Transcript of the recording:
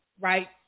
Right